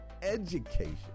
education